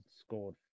scored